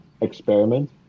experiment